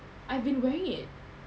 I've been wearing it